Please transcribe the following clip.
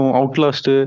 outlast